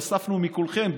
שאספנו מכולכם,